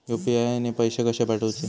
UPI ने पैशे कशे पाठवूचे?